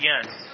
again